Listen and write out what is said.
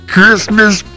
Christmas